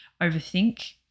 overthink